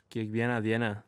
kiekvieną dieną